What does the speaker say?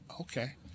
okay